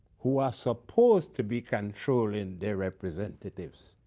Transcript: who are supposed to be controlling their representatives.